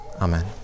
Amen